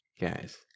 Guys